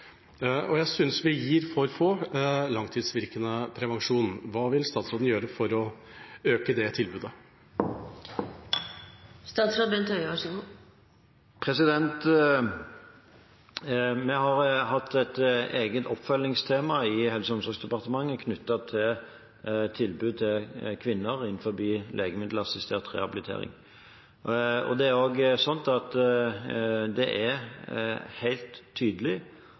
Jeg synes vi gir for få langtidsvirkende prevensjon. Hva vil statsråden gjøre for å øke det tilbudet? Vi har hatt et eget oppfølgingstema i Helse- og omsorgsdepartementet knyttet til tilbud til kvinner innenfor legemiddelassistert rehabilitering. Det er også sant at det er helt tydelig